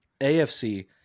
AFC